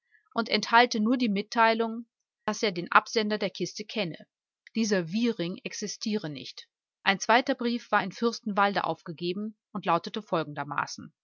und enthalte nur die mitteilung daß er den absender der kiste kenne dieser wiering existiere nicht ein zweiter brief war in fürstenwalde aufgegeben und lautete folgendermaßen